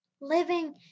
living